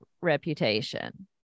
reputation